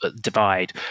divide